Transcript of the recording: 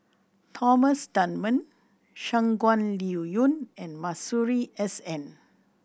Thomas Dunman Shangguan Liuyun and Masuri S N